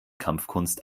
kampfkunst